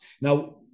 Now